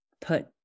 put